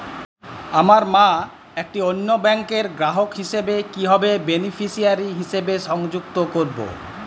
আমার মা একটি অন্য ব্যাংকের গ্রাহক হিসেবে কীভাবে বেনিফিসিয়ারি হিসেবে সংযুক্ত করব?